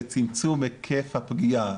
זה צמצום היקף הפגיעה.